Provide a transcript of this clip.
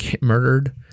murdered